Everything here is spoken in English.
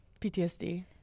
PTSD